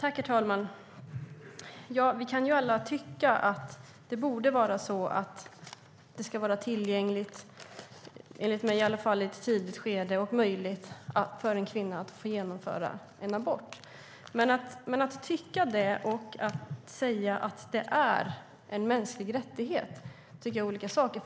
Herr talman! Vi kan alla tycka att det borde vara tillgängligt och möjligt, i varje fall enligt mig, för en kvinna i ett tidigt skede att genomföra en abort. Men att tycka det och säga att det är en mänsklig rättighet är olika saker.